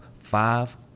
five